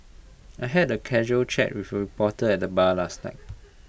I had A casual chat with A reporter at the bar last night